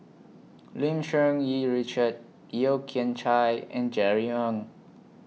Lim Cherng Yih Richard Yeo Kian Chye and Jerry Ng